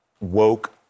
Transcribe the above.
WOKE